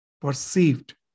perceived